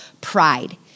pride